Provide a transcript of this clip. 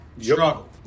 struggle